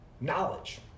knowledge